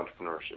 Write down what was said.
entrepreneurship